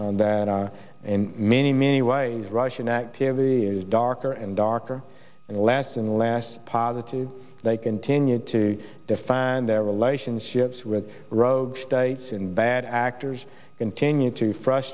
and that in many many ways russian activity is darker and darker and less and less positive they continue to define their relationships with rogue states and bad actors continue to fr